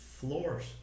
floors